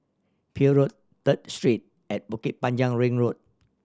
Peel Road Third Street and Bukit Panjang Ring Road